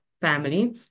family